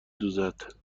دوزد